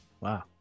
wow